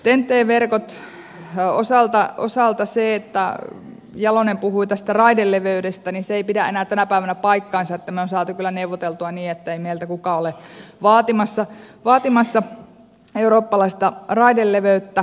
ten t verkon osalta jalonen puhui tästä raideleveydestä se ei pidä enää tänä päivänä paikkaansa vaan me olemme saaneet kyllä neuvoteltua niin ettei meiltä kukaan ole vaatimassa eurooppalaista raideleveyttä